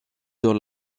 dans